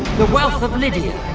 the wealth of lydia,